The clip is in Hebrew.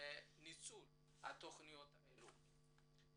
ניצול של התכניות האלה.